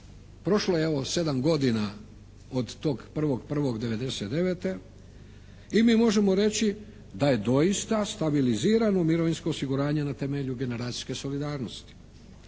Prošlo je evo sedam godina od tog 1.1.1999. i mi možemo reći da je doista stabilizirano mirovinsko osiguranje na temelju generacijske solidarnosti.